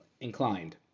inclined